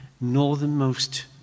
northernmost